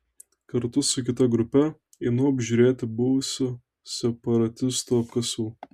kartu su kita grupe einu apžiūrėti buvusių separatistų apkasų